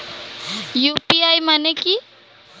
UPI মানে কি?